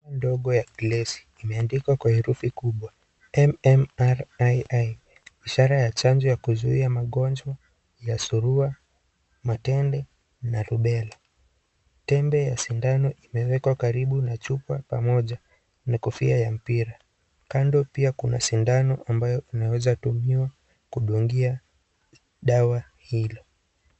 Chupa ndogo ya glasi imeandikwa kwa herufi kubwa MMR II ishara ya chanjo ya kuzuia magonjwa ya surua, matende, na rubela, tembe ya sindano imewekwa karibu na chupa pamoja na kofia ya mpira. Kando pia kuna sindano inayoweza tumia kudungia dawa hilo.